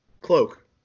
cloak